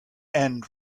end